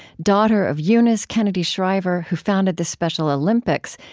daughter of eunice kennedy shriver, who founded the special olympics,